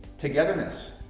togetherness